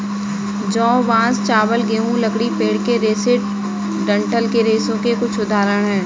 जौ, बांस, चावल, गेहूं, लकड़ी, पेड़ के रेशे डंठल के रेशों के कुछ उदाहरण हैं